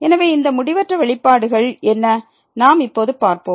எனவே இந்த முடிவற்ற வெளிப்பாடுகள் என்ன நாம் இப்போது பார்ப்போம்